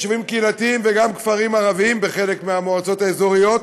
יישובים קהילתיים וגם כפרים ערביים בחלק מהמועצות האזוריות,